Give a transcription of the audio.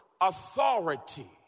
Authority